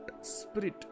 spirit